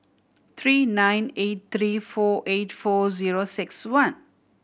three nine eight three four eight four zero six one